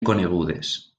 conegudes